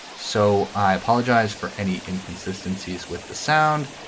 so i apologize for any inconsistencies with the sound.